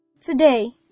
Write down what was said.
Today